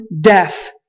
death